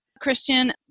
Christian